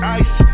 ice